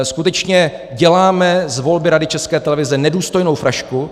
Skutečně děláme z volby Rady České televize nedůstojnou frašku.